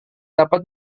dapat